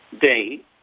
day